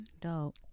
dope